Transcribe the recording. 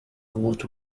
what